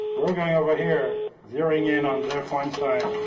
we're going over here zeroing in on jeff weinstein.